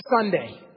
Sunday